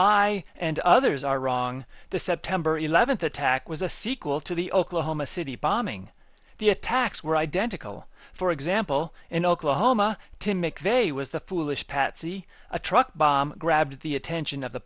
i and others are wrong the september eleventh attack was a sequel to the oklahoma city bombing the attacks were identical for example in oklahoma tim mcveigh was a foolish patsy a truck bomb grabbed the attention of the